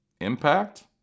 Impact